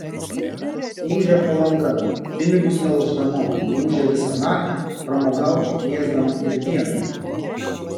ūžia palanga pinigus melždama ūžia visą naktį pramogauti kviesdama ir dieną